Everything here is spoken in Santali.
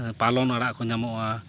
ᱯᱟᱞᱚᱱ ᱟᱲᱟᱜ ᱠᱚ ᱧᱟᱢᱚᱜᱼᱟ